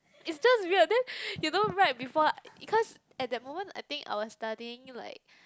is just weird then you know right before because at that moment I think I was studying like